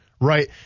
right